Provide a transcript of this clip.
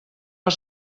per